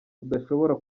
udashobora